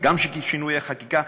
זה גם שינוי החקיקה,